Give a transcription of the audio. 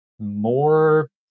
more